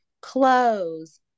clothes